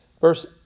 verse